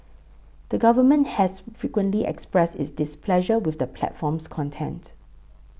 the government has frequently expressed its displeasure with the platform's content